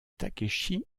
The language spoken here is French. takeshi